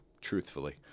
Truthfully